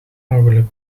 ongeluk